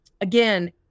again